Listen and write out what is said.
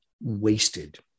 wasted